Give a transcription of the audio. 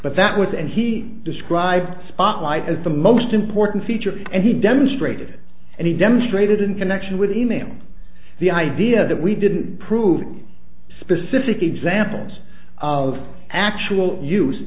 but that was and he described spotlight as the most important feature and he demonstrated it and he demonstrated in connection with e mail the idea that we didn't prove specific examples of actual use